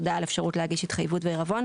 הודעה על אפשרות להגיש התחייבות ועירבון".